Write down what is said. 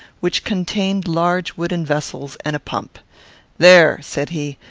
which contained large wooden vessels and a pump there, said he,